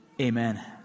amen